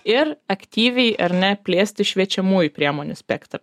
ir aktyviai ar ne plėsti šviečiamųjų priemonių spektrą